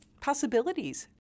possibilities